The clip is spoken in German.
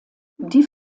die